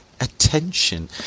attention